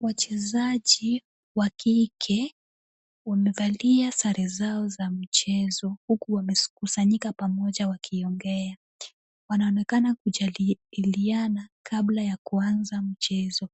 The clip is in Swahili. Wachezaji wa kike wamevalia sare zao za michezo huku wamekusanyika pamoja wakiongea, wanaonekana kujadiliana kabla ya kuanza mchezo.